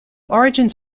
origins